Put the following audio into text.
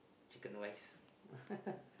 chicken rice